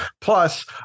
Plus